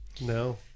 No